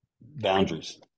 Boundaries